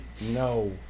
No